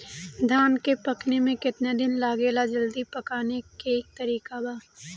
धान के पकने में केतना दिन लागेला जल्दी पकाने के तरीका बा?